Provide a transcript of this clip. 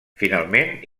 finalment